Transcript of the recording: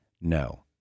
No